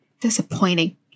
Disappointing